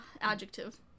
Adjective